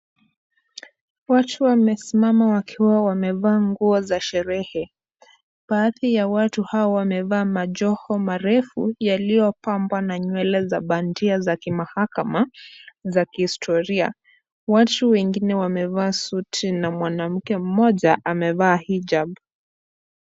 Watu wamesimama wakiwa wamevaa nguo za sherehe, baadhi ya watu hao wamevaa majoho marefu aliyopambwa na nywele bandia za kimahakama za kihistoria, watu wengine wamevaa suti na mwanamke mmoja amevaa hijab.